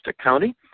County